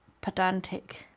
pedantic